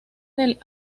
del